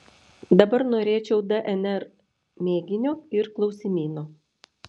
dabar norėčiau dnr mėginio ir klausimyno